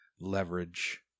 leverage